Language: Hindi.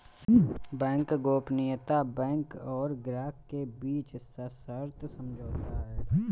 बैंक गोपनीयता बैंक और ग्राहक के बीच सशर्त समझौता है